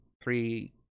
three